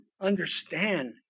understand